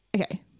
Okay